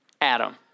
Adam